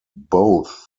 both